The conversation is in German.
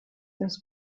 das